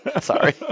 Sorry